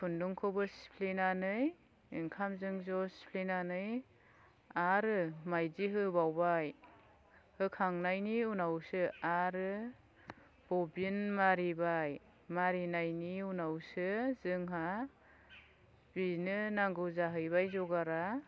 खुन्दुंखौबो सिफ्लेनानै ओंखामजों ज' सिफ्लेनानै आरो माइदि होबावबाय होखांनायनि उनावसो आरो बबिन मारिबाय मारिनायनि उनावसो जोंहा बिदिनो नांगौ जाहैबाय जगारा